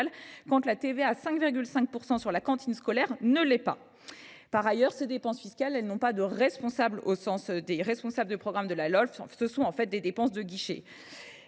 taux de TVA à 5,5 % sur la cantine scolaire ne l’est pas ? Par ailleurs, les dépenses fiscales n’ont pas de « responsable » au sens des « responsables de programme » de la Lolf : ce sont des dépenses de guichet.